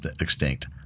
extinct